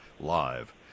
live